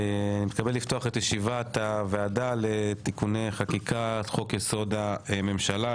אני מתכבד לפתוח את ישיבת הוועדה לתיקוני חקיקה חוק יסוד הממשלה,